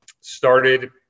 started